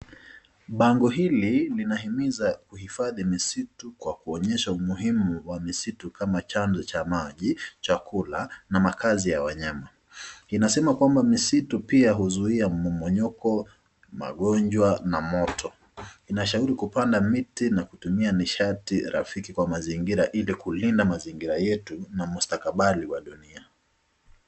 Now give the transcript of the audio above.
Bango hili linahimiza kuhifadhi misitu kwa kuonyesha umuhimu wa misitu kama chanzo cha maji, chakula na makazi ya wanyama. Inasema kwamba pia misitu huzuia mmomonyoko, magonjwa na moto, inashauri kupanda miti na kutumia nishati rafiki kwa mazingira ili kulinda mazingira yetu na mustakabali wa dunia.